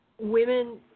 women